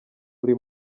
buri